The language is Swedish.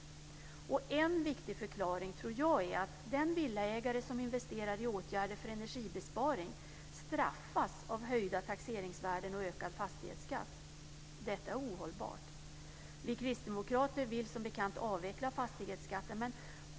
Jag tror att en viktig förklaring är att den villaägare som investerar i åtgärder för energibesparing straffas av höjda taxeringsvärden och ökad fastighetsskatt. Detta är ohållbart. Vi kristdemokrater vill som bekant avveckla fastighetsskatten.